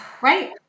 right